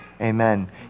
Amen